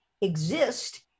exist